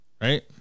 right